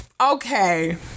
okay